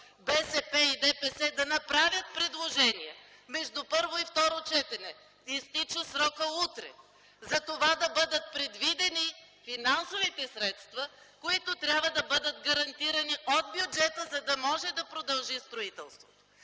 БСП и ДПС, да направят предложение между първо и второ четене, защото срокът изтича утре, да бъдат предвидени финансовите средства, които да бъдат гарантирани от бюджета, за да може да продължи строителството.